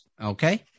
Okay